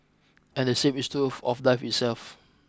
and the same is true of life itself